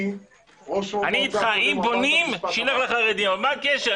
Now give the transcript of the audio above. אם בונים, שיילך לחרדים, אבל מה הקשר?